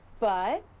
but,